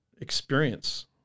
experience